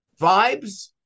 vibes